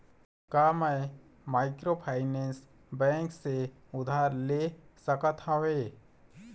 का मैं microfinance bank से उधार ले सकत हावे?